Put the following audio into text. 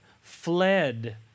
fled